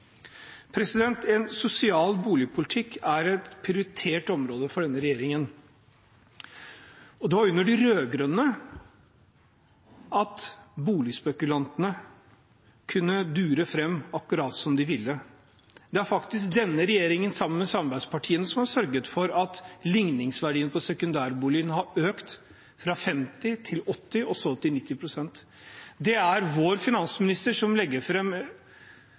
En sosial boligpolitikk er et prioritert område for denne regjeringen. Det var under de rød-grønne at boligspekulantene kunne dure fram akkurat som de ville. Det er faktisk denne regjeringen sammen med samarbeidspartiene som har sørget for at likningsverdien på sekundærbolig har økt fra 50 pst. til 80 pst. og så til 90 pst. Det er vår finansminister som legger